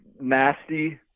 nasty